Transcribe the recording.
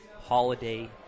holiday